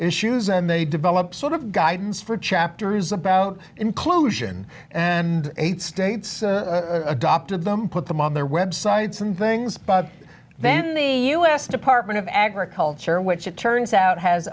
issues and they develop sort of guidance for chapters about inclusion and eight states adopted them put them on their websites and things but then the u s department of agriculture which it turns out has